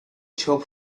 shop